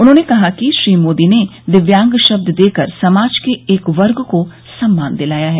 उन्होंने कहा कि श्री मोदी ने दिव्यांग शब्द देकर समाज के एक वर्ग को सम्मान दिलाया है